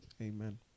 Amen